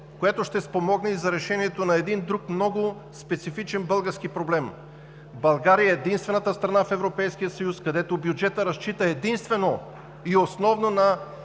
което ще спомогне и за решението на един друг много специфичен български проблем – България е единствената страна в Европейския съюз, където бюджетът разчита единствено и основно на